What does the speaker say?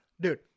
dude